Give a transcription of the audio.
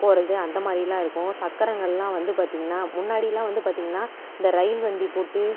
போகிறது அந்த மாதிரிலாம் இருக்கும் சக்கரங்களெலாம் வந்து பார்த்திங்கனா முன்னாடியெலாம் வந்து பார்த்திங்கனா இந்த ரயில் வண்டி போட்டு